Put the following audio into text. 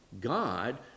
God